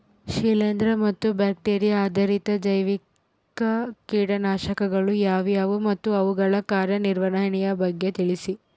ಶಿಲೇಂದ್ರ ಮತ್ತು ಬ್ಯಾಕ್ಟಿರಿಯಾ ಆಧಾರಿತ ಜೈವಿಕ ಕೇಟನಾಶಕಗಳು ಯಾವುವು ಮತ್ತು ಅವುಗಳ ಕಾರ್ಯನಿರ್ವಹಣೆಯ ಬಗ್ಗೆ ತಿಳಿಸಿ?